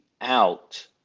out